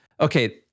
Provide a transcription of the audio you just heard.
okay